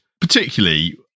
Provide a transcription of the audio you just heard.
Particularly